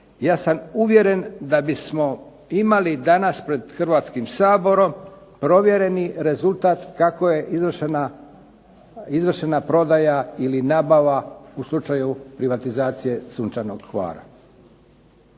ja sam uvjeren da bismo imali danas pred Hrvatskim saborom provjereni rezultat kako je izvršena prodaja ili nabava u slučaju privatizacije "Sunčanog Hvara".